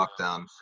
lockdown